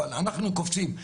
אבל אנחנו קופצים.